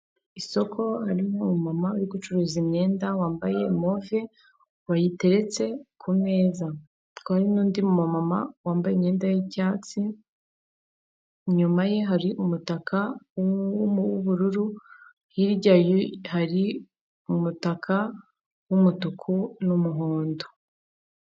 Isoko ririmo umumama uri gucuruza imyenda wambaye move wayiteretse ku meza, hakaba n'undi mumama wambaye imyenda y'icyatsi, inyuma ye hari umutaka w'ubururu, hirya ye hari umutaka w'umutuku n'umuhondo.